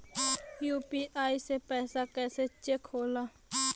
UPI से पैसा कैसे चेक होला?